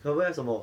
uh have 什么